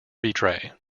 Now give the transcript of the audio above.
betray